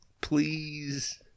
please